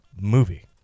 movie